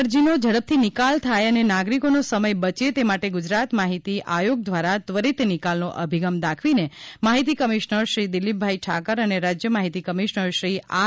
અરજીનો ઝડપથી નિકાલ થાય અને નાગરિકોનો સમય બચે તે માટે ગુજરાત માહિતી આયોગ દ્વારા ત્વરિત નિકાલનો અભિગમ દાખવીને માહિતી કમિશનર શ્રી દિલીપભાઇ ઠાકર અને રાજ્ય માહિતી કમિશનર શ્રી આર